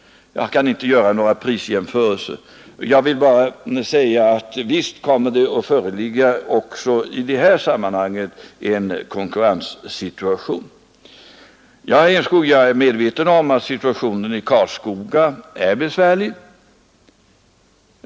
Jag kan inte göra några prisjämförelser utan vill bara säga att visst kommer det även i de sammanhangen att föreligga en konkurrenssituation. Sedan är jag medveten om, herr Enskog, att situationen i Karlskoga är besvärlig.